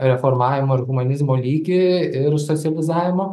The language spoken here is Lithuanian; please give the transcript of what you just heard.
reformavimo ir humanizmo lygį ir specializavimo